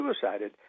suicided